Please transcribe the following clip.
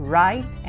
right